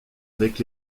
avec